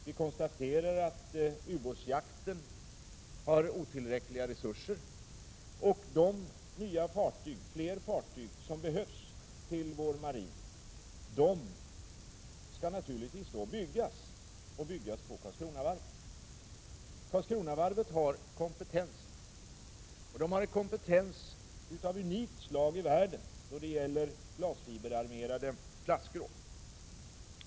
Vi konstaterar att det finns otillräckliga resurser för ubåtsjakten. De nya fartyg som marinen behöver skall naturligtvis byggas — och de skall byggas på Karlskronavarvet. Karlskronavarvet har kompetensen, en kompetens som är av unikt slag i världen då det gäller glasfiberarmerade plastskrov.